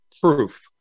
proof